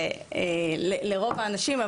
זה לרוב האנשים,